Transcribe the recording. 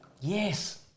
Yes